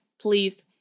please